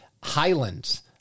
Highlands